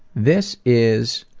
this is